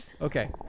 Okay